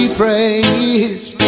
praised